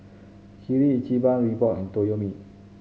Kirin Ichiban Reebok and Toyomi